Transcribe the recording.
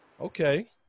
Okay